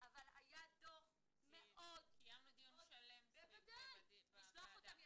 אבל היה דוח מאוד --- קיימנו דיון שלם סביב זה בוועדה כאן.